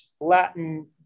Latin